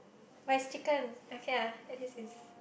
but it's chicken okay ah at least it's